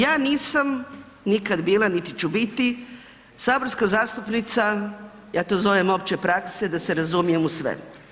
Ja nisam nikad bila niti ću biti saborska zastupnica, ja to zovem opće prakse da se razumijem u sve.